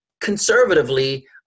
conservatively